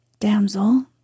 Damsel